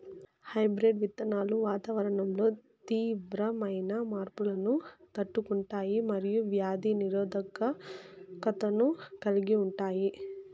hybrid విత్తనాలు వాతావరణంలో తీవ్రమైన మార్పులను తట్టుకుంటాయి మరియు వ్యాధి నిరోధకతను కలిగి ఉంటాయి